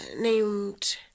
named